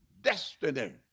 destiny